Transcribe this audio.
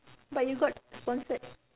but you got sponsored